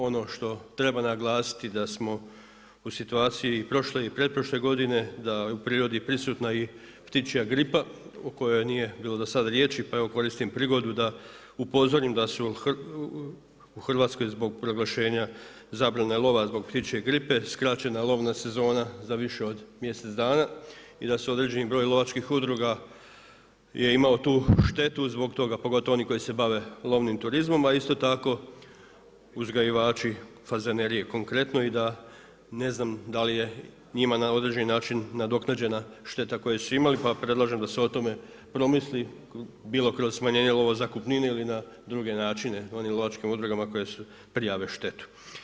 Ono što treba naglasiti da smo u situaciji prošle i pretprošle godine, da u je u prirodi prisutna i ptičja gripa o kojoj nije do sad bilo riječi, a pa evo koristim prigodu da upozorim da su u Hrvatskoj zbog proglašenja zabrana lova zbog ptičje gripe, skraćena lovna sezona za više od mjesec dana i da određeni broj lovačkih udruga je imao tu štetu zbog toga, pogotovo oni koji se bave lovnim turizmom, a i isto tako uzgajivači fazanerije, konkretno i da, ne znam da li je njima na određeni način nadoknađena šteta koju su imali pa predlažem da se o tome promisli bilo kroz smanjenja lova zakupnine ili na druge načine, oni u lovačkim udrugama koji su, prijave štetu.